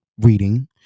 reading